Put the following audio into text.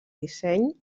disseny